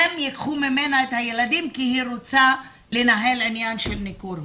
הם ייקחו ממנה את הילדים כי היא רוצה לנהל עניין של ניכור הורים.